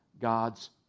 God's